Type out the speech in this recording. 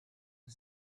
the